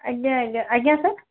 ଆଜ୍ଞା ଆଜ୍ଞା ଆଜ୍ଞା ସାର୍